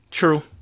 true